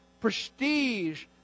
prestige